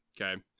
okay